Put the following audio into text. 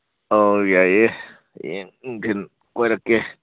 ꯑꯧ ꯌꯥꯏꯌꯦ ꯍꯌꯦꯡ ꯅꯨꯡꯊꯤꯟ ꯀꯣꯏꯔꯛꯀꯦ